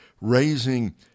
raising